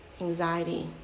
anxiety